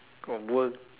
or work